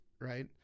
right